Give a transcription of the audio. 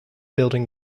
building